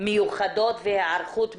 מיוחדות והיערכות מיוחדת.